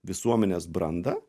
visuomenės brandą